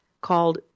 called